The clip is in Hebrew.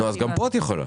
גם כאן את יכולה.